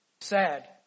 sad